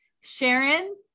Sharon